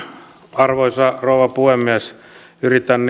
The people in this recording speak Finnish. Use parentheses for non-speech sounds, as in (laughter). arvoisa rouva puhemies yritän (unintelligible)